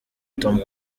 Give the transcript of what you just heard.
tom